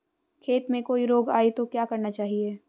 खेत में कोई रोग आये तो क्या करना चाहिए?